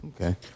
Okay